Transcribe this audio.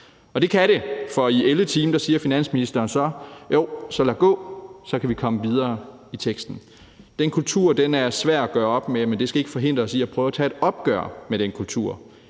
Og det kan det, for i ellevte time siger finansministeren så: Jo, så lad gå; så kan vi komme videre i teksten. Den kultur er svær at gøre op med, men det skal ikke forhindre os i at prøve at tage et opgør med den kultur.